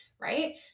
right